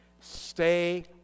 Stay